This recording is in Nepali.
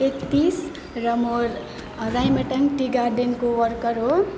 एक्तिस र म राइमटाङ टी गार्डनको वर्कर हो